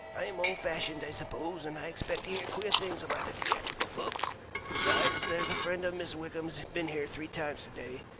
i'm old-fashioned, i suppose, and i expect to hear queer things about theatrical folk besides, there's a friend of miss wickham's been here three times to-day,